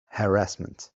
harassment